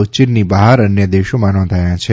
યીનની બહાર અન્ય દેશોમાં નોંધાયા છે